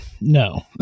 no